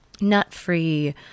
nut-free